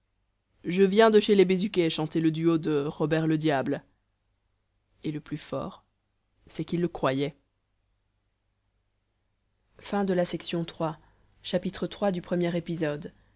je viens de chez les bézuquet chanter le duo de robert le diable et le plus fort c'est qu'il le croyait